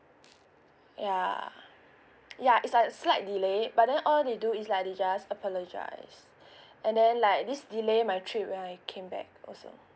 ya ya it's like slight delay but then all they do is like they just apologise and then like this delay my trip when I came back also